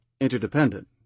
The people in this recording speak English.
interdependent